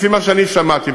לפי מה שאני שמעתי,